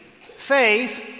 faith